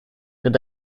that